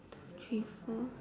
two three four